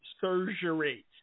surgery